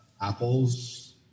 apples